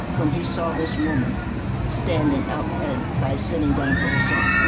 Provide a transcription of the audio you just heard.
when he saw this woman standing up and by sitting down for herself?